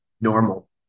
normal